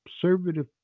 conservative